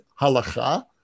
halacha